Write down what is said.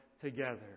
together